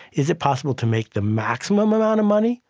is it possible to make the maximum amount of money?